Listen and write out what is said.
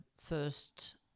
first